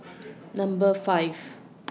Number five